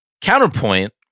Counterpoint